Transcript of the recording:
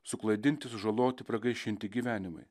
suklaidinti sužaloti pragaišinti gyvenimai